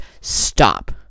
stop